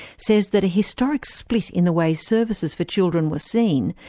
says that a historic split in the way services for children were seen,